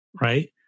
right